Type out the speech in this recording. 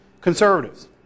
conservatives